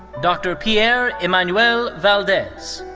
dr. pierre emmanuel valdez.